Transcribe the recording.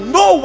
no